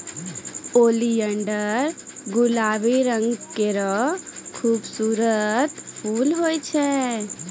oleander गुलाबी रंग केरो खूबसूरत फूल होय छै